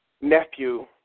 nephew